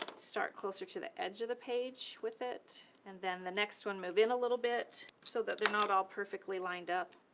start closer to the edge of the page with it. and then the next one move in a little bit so that they're not all perfectly lined up.